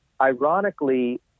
ironically